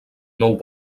nou